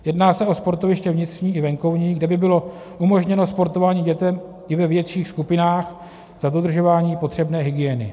Jedná se o sportoviště vnitřní i venkovní, kde by bylo umožněno sportování dětem i ve větších skupinách za dodržování potřebné hygieny.